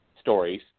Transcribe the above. stories